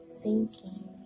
sinking